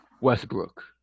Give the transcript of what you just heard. Westbrook